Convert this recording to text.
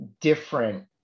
different